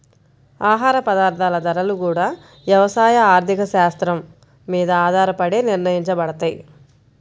ఆహార పదార్థాల ధరలు గూడా యవసాయ ఆర్థిక శాత్రం మీద ఆధారపడే నిర్ణయించబడతయ్